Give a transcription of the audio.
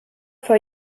for